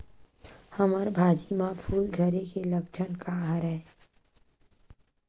हमर भाजी म फूल झारे के लक्षण का हरय?